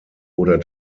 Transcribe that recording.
oder